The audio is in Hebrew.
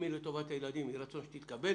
יהי רצון שהיא תתקבל